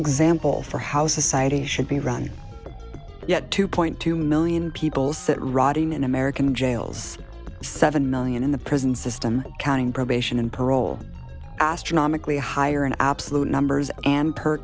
example for how society should be run yet two point two million people sit rotting in american jails seven million in the prison system counting probation and parole astronomically higher in absolute numbers and per